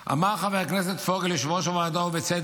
אמר חבר הכנסת פוגל, יושב-ראש הוועדה, ובצדק,